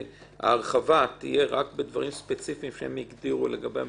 שההרחבה תהיה רק בדברים ספציפיים שהם יגדירו לגבי המכרז,